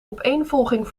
opeenvolging